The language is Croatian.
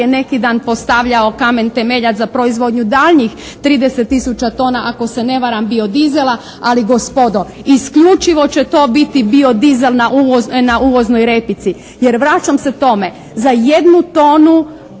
neki dan postavljao kamen temeljac za proizvodnju daljnjih 30 tisuća tona ako se ne varam biodizela. Ali gospodo, isključivo će to biti biodizel na uvoznoj repici. Jer vraćam se tome. Za jednu tonu